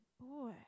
boy